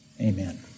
amen